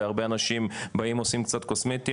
זה הרבה אנשים באים עושים קצת קוסמטי,